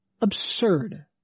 Absurd